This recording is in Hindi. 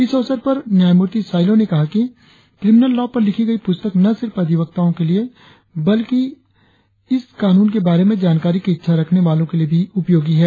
इस अवसर पर न्यायमूर्ति साइलो ने कहा कि क्रिमनल लॉ पर लिखी गई पुस्तक न सिर्फ अधिवकताओं के लिए बल्कि इस कानून के बारे में जानकारी की इच्छा रखने वालों के लिए भी उपयोगी है